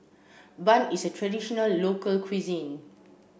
bun is a traditional local cuisine